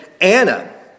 Anna